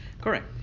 Correct